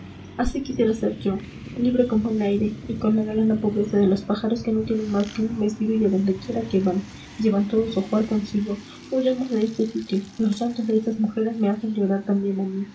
así quisiera ser yo libre como el aire y con la galana pobreza de los pájaros que no tienen más que un vestido y a donde quiera que van llevan todo su ajuar consigo huyamos de este sitio los llantos de esas mujeres me hacen llorar también a mí